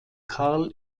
karl